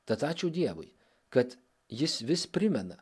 tad ačiū dievui kad jis vis primena